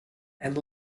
and